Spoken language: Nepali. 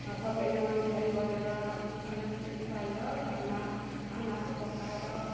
सबै नुहाइधुवाई गरेर हामी सनाकसिनिक पारेर घरमा खानाहरू पकाएर